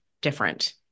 different